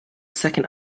second